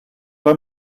pas